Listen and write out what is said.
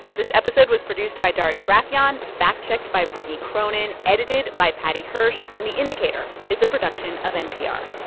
this episode was produced by darius rafieyan, fact-checked by brittany cronin, edited by paddy hirsch. and the indicator is a production of npr